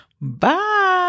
bye